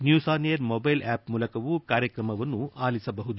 news on AIR mobile app ಮೂಲಕವೂ ಕಾರ್ಯಕ್ರಮವನ್ನು ಆಲಿಸಬಹುದಾಗಿದೆ